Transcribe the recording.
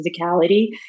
physicality